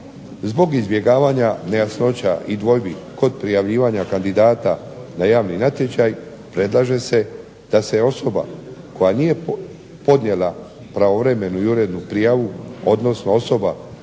Zbog izbjegavanja nejasnoća i dvojbi kod prijavljivanja kandidata na javni natječaj predlaže se da se osoba koja nije podnijela pravovremenu i urednu prijavu odnosno osoba